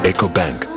EcoBank